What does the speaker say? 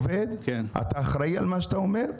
אתה אחראי על מה שאתה אומר?